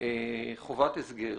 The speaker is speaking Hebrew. חובת הסגר